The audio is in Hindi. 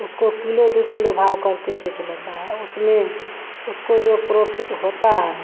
उसको किलो दो किलो भाव करके बेच लेता है उसमें उसको जो प्रॉफ़िट होता है